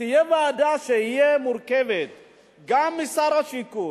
שתהיה ועדה, שתהיה מורכבת גם משר השיכון,